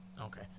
okay